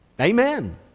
Amen